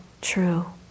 true